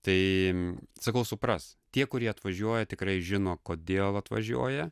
tai sakau supras tie kurie atvažiuoja tikrai žino kodėl atvažiuoja